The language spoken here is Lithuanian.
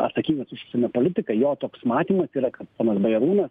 atsakingas už užsienio politiką jo toks matymas yra kad ponas bajarūnas